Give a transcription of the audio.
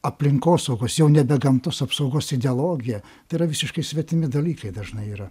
aplinkosaugos jau nebe gamtos apsaugos ideologiją tai yra visiškai svetimi dalykai dažnai yra